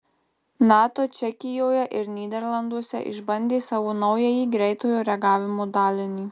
nato čekijoje ir nyderlanduose išbandė savo naująjį greitojo reagavimo dalinį